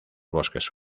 bosques